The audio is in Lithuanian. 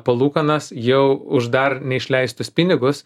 palūkanas jau už dar neišleistus pinigus